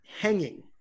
hanging